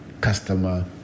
customer